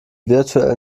virtuell